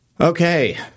okay